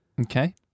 Okay